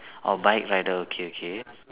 orh bike rider okay okay